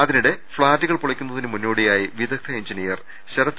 അതിനിടെ ഫ്ളാറ്റുകൾ പൊളിക്കുന്നതിന് മുന്നോടിയായി വിദഗ്ധ എഞ്ചിനിയർ ശരത്ത്